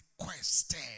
requested